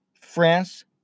France